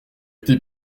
été